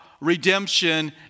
redemption